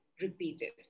repeated